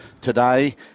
today